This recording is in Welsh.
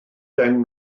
deng